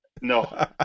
no